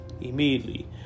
immediately